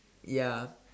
ya